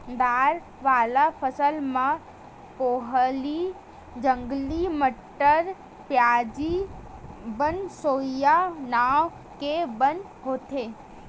दार वाला फसल म पोहली, जंगली मटर, प्याजी, बनसोया नांव के बन होथे